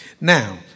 Now